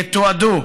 יתועדו,